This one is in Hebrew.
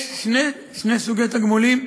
יש שני סוגי תגמולים,